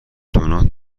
دونات